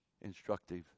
instructive